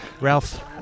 Ralph